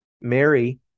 Mary